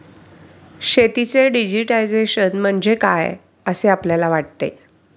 शेतीचे डिजिटायझेशन म्हणजे काय असे आपल्याला वाटते?